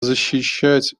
защищать